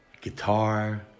guitar